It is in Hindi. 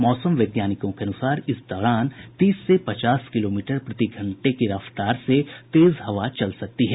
मौसम वैज्ञानिकों के अनुसार इस दौरान तीस से पचास किलोमीटर प्रतिघंटे की रफ्तार से तेज हवा चल सकती है